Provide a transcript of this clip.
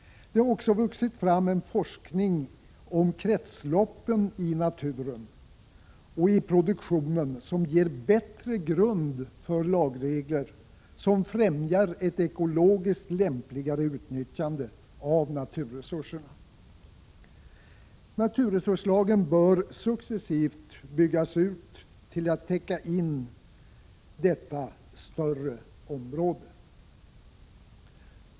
Det har också vuxit fram en forskning om kretsloppen i naturen och i produktionen som ger bättre grund för lagregler som främjar ett ekologiskt lämpligare utnyttjande av naturresurserna. Naturresurslagen bör successivt byggas ut till att täcka in detta större område.